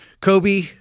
Kobe